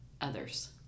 others